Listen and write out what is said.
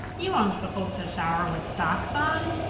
you aren't supposed to shower with socks on.